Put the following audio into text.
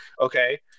Okay